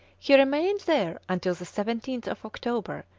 he remained there until the seventeenth of october,